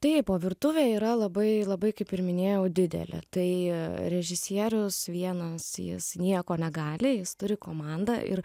taip o virtuvė yra labai labai kaip ir minėjau didelė tai režisierius vienas jis nieko negali jis turi komandą ir